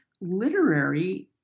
literary